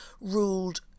ruled